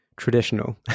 traditional